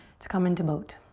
come in to boat.